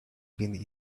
been